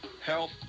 health